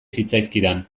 zitzaizkidan